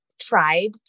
tried